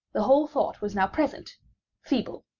the whole thought was now present feeble,